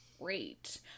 Great